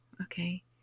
Okay